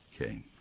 Okay